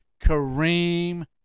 Kareem